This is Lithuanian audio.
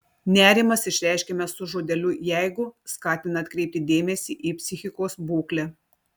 nerimas išreiškiamas su žodeliu jeigu skatina atkreipti dėmesį į psichikos būklę